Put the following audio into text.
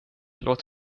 låt